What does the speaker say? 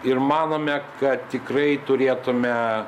ir manome kad tikrai turėtume